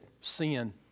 sin